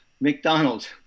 McDonald's